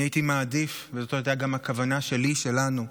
אני הייתי מעדיף, וזאת הייתה גם הכוונה שלי, שלנו,